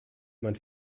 man